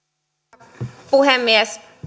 arvoisa puhemies